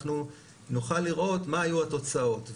אנחנו נוכל לראות מה היו התוצאות.